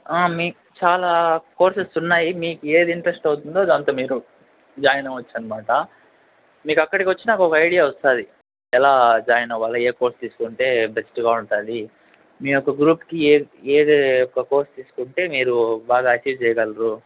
మీకు చాలా కోర్సెస్ ఉన్నాయి మీకు ఏది ఇంట్రెస్ట్ అవుతుందో దాంట్లో మీరు జాయిన్ అవ్వచ్చు అన్నమాట మీకు అక్కడికి వచ్చినాక ఒక ఐడియా వస్తుంది ఎలా జాయిన్ అవ్వాలో ఏ కోర్స్ తీసుకుంటే బెస్ట్గా ఉంటుంది మీ యొక్క గ్రూప్కి ఏ ఏ కోర్స్ తీసుకుంటే మీరు బాగా అచీవ్ చేయగలరు